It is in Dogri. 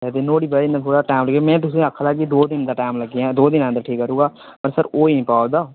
ते नुआढ़ी बजह् कन्नै थोह्ड़ा टाइम लग्गी गेआ में तुसें गी आक्खै दा जे दो दिनें दा टाइम लग्गी जाना द'ऊं दिनें अंदर ठीक करी ओड़गा पर सर होई निं पा दा